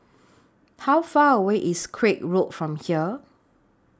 How Far away IS Craig Road from here